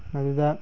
ꯃꯗꯨꯗ